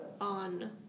on